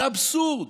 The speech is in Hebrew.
זה אבסורד.